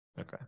Okay